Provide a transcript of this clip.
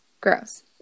Gross